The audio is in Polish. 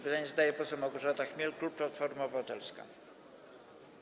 Pytanie zada poseł Małgorzata Chmiel, klub Platforma Obywatelska.